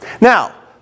Now